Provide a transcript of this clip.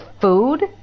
food